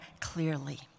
clearly